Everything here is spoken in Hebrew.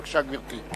בבקשה, גברתי.